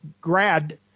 grad